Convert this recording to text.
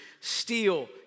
steal